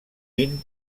tint